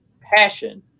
passion